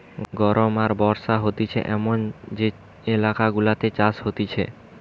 গরম আর বর্ষা হতিছে এমন যে এলাকা গুলাতে চাষ হতিছে